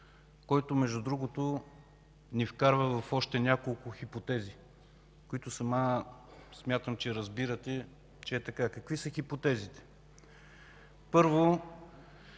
който, между другото, ни вкарва в още няколко хипотези, които, смятам, че сама разбирате, че е така. Какви са хипотезите? Първо,